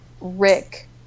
Rick